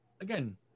again